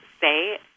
say